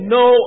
no